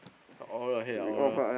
oral your head ah oral